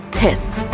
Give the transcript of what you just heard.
test